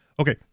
Okay